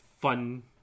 fun